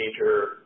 major